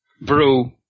brew